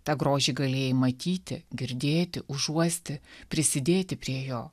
tą grožį galėjai matyti girdėti užuosti prisidėti prie jo